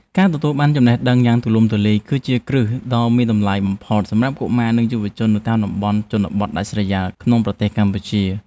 ការទទួលបានចំណេះដឹងយ៉ាងទូលំទូលាយ គឺជាគ្រឹះដ៏មានតម្លៃបំផុតសម្រាប់កុមារនិងយុវជននៅតាមតំបន់ជនបទដាច់ស្រយាលក្នុងប្រទេសកម្ពុជា។